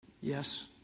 Yes